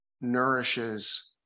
nourishes